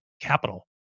capital